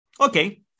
Okay